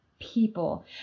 people